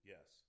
Yes